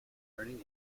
earning